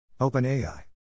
OpenAI